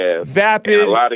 vapid